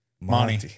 Monty